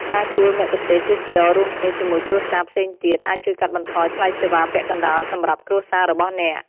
ការជួលមគ្គុទ្ទេសក៍ទេសចរណ៍រួមគ្នាជាមួយគ្រួសារផ្សេងទៀត អាចជួយកាត់បន្ថយថ្លៃសេវាពាក់កណ្តាលសម្រាប់គ្រួសាររបស់អ្នក។